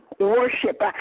worship